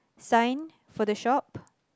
sign for the shop